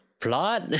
plot